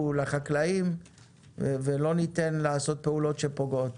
לחקלאים ושלא ניתן לעשות פעולות שפוגעות.